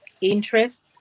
interest